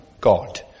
God